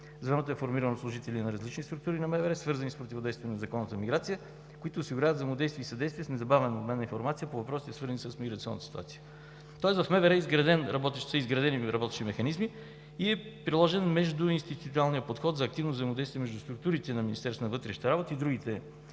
Звеното е формирано от служители на различни структури на МВР, свързани с противодействието на Закона за миграция, които осигуряват взаимодействие и съдействие с незабавен обмен на информация по въпросите, свързани с миграционната ситуация. Тоест в МВР са изградени работещи механизми и е приложен междуинституционалният подход за активно взаимодействие между структурите на Министерството